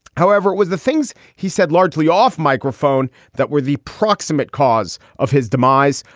however, it was the things he said largely off microphone that were the proximate cause of his demise.